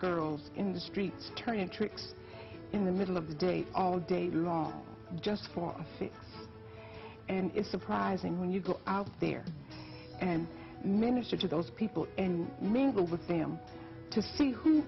girls in the street turn tricks in the middle of the day all day long just for and is surprising when you go out there and minister to those people and mingle with them to fee